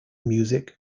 music